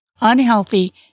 unhealthy